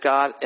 God